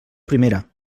primera